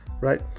right